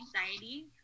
Anxiety